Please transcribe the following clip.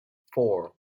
four